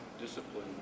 discipline